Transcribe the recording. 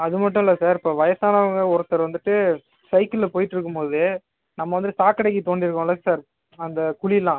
அது மட்டும் இல்லை சார் இப்போ வயசானவங்க ஒருத்தர் வந்துவிட்டு சைக்கிளில் போய்கிட்டு இருக்கும் போது நம்ம வந்து சாக்கடைக்கு தோண்டிருக்கோம்ல சார் அந்த குழிலாம்